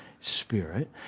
Spirit